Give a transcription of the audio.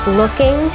looking